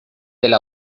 del